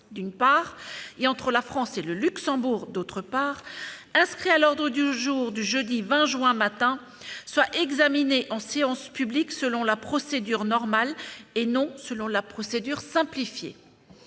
d'une part, et entre la France et le Luxembourg, d'autre part, inscrit à l'ordre du jour du jeudi 20 juin, au matin, soit examiné en séance publique selon la procédure normale et non selon la procédure simplifiée.